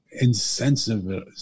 insensitive